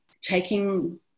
taking